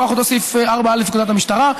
מכוח אותו סעיף 4א לפקודת המשטרה.